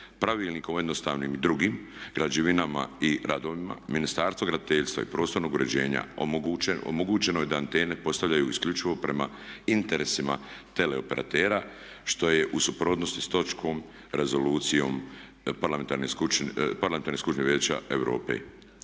Pravilnikom o jednostavnim i drugim građevinama i radovima Ministarstva graditeljstva i prostornog uređenja omogućeno je da antene postavljaju isključivo prema interesima teleoperatera što je u suprotnosti s točkom Rezolucije Parlamentarne skupštine Vijeća Europe. Znači